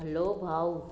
हलो भाऊ